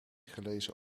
gelezen